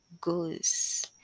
goes